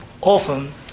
often